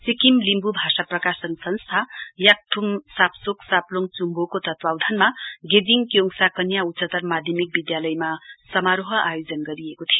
सिक्किम लिम्बु भाषा प्रकाशन संस्था याक्थुम सारजोक साप्लोङ चुम्बा सुक्खुमको तत्ववधानमा गेजिङ क्योङसा कन्या उच्चत्तर माध्यमिक विद्यालयमा समारोह आयोजना गरिएको थियो